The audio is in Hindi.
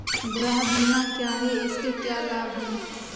गृह बीमा क्या है इसके क्या लाभ हैं?